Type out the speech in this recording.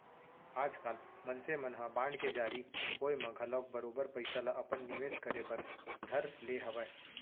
आजकाल मनसे मन ह बांड के जारी होय म घलौक बरोबर पइसा ल अपन निवेस करे बर धर ले हवय